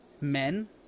men